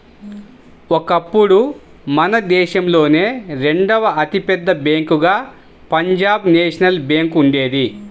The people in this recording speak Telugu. ఒకప్పుడు మన దేశంలోనే రెండవ అతి పెద్ద బ్యేంకుగా పంజాబ్ నేషనల్ బ్యేంకు ఉండేది